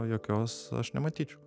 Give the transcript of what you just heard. jokios aš nematyčiau